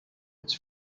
its